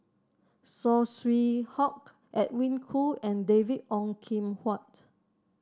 Saw Swee Hock Edwin Koo and David Ong Kim Huat